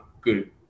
good